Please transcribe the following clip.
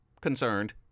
concerned